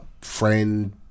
friend